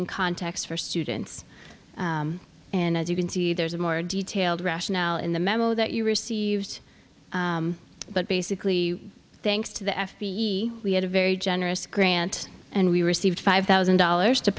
ing context for students and as you can see there's a more detailed rationale in the memo that you received but basically thanks to the f b we had a very generous grant and we received five thousand dollars to